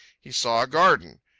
he saw a garden.